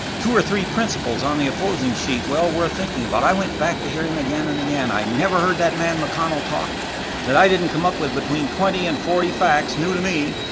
two or three principles on the opposing sheet well worth thinking about. i went back to hear him again and again, i never heard that man mcconnell talk that i didn't come up with between twenty and forty facts new to me,